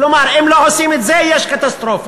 כלומר, אם לא עושים את זה יש קטסטרופה.